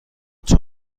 چون